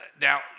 Now